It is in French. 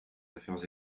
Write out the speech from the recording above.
affaires